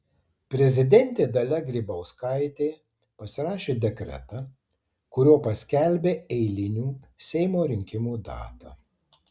prezidentė dalia grybauskaitė pasirašė dekretą kuriuo paskelbė eilinių seimo rinkimų datą